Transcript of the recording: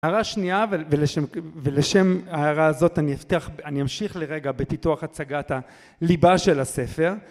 הערה שנייה ולשם הערה הזאת אני אפתח אני אמשיך לרגע בתיתוח הצגת הליבה של הספר